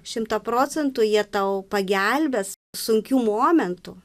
šimtą procentų jie tau pagelbės sunkiu momentu